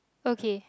okay